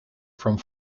from